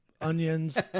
onions